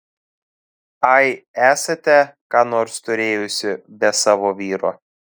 ai esate ką nors turėjusi be savo vyro